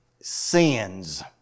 sins